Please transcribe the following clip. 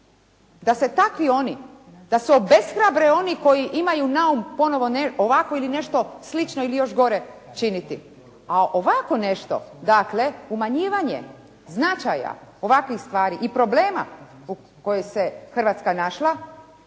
da se takvi oni, da se obeshrabre oni koji imaju naum ponovo ovako ili nešto slično ili još gore činiti. A ovako nešto, dakle umanjivanje značaja ovakvih stvari i problema u kojima se Hrvatska našla,